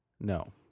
No